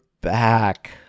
back